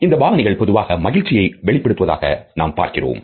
இந்த பாவனைகள் பொதுவாக மகிழ்ச்சியை வெளிப்படுத்துவதாக நாம் பார்க்கிறோம்